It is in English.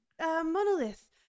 monolith